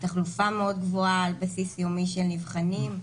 תחלופה מאוד גבוהה על בסיס יומי של נבחנים,